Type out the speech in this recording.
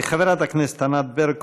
חברת הכנסת ענת ברקו,